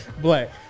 Black